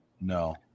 No